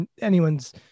anyone's